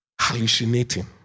hallucinating